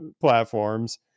platforms